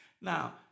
Now